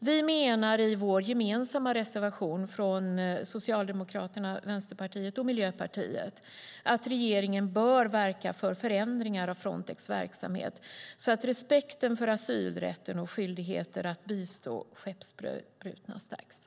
Vi menar i vår gemensamma reservation från Socialdemokraterna, Vänsterpartiet och Miljöpartiet att regeringen bör verka för förändringar av Frontex verksamhet så att respekten för asylrätten och skyldigheter att bistå skeppsbrutna stärks.